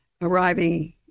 arriving